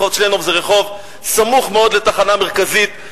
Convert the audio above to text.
רחוב צ'לנוב זה רחוב סמוך מאוד לתחנה המרכזית,